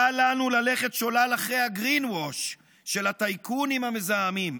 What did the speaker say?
אל לנו ללכת שולל אחר ה-Green Wash של הטייקונים המזהמים.